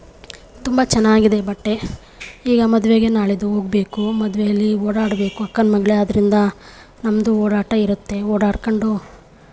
ತುಂಬ ಚೆನ್ನಾಗಿದೆ ಬಟ್ಟೆ ಈಗ ಮದುವೆಗೆ ನಾಳಿದ್ದು ಹೋಗ್ಬೇಕು ಮದುವೆಯಲ್ಲಿ ಓಡಾಡಬೇಕು ಅಕ್ಕನ ಮಗಳೇ ಆದ್ದರಿಂದ ನಮ್ಮದು ಓಡಾಟ ಇರುತ್ತೆ ಓಡಾಡಿಕೊಂಡು